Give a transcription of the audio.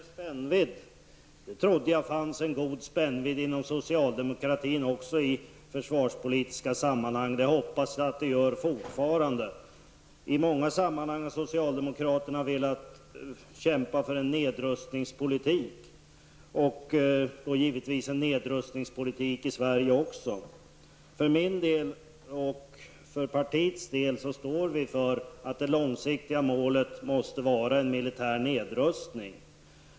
Herr talman! När det gäller spännvidd trodde jag att det fanns en god spännvidd också inom socialdemokratin i försvarspolitiska sammanhang, och det hoppas jag att det gör fortfarande. I många sammanhang har socialdemokraterna velat kämpa för en nedrustningspolitik, och då givetvis även i För vårt partis del står vi för att målet måste vara en militär nedrustning.